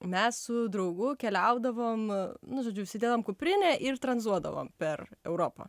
mes su draugu keliaudavom nu žodžiu užsidedam kuprinę ir tranzuodavom per europą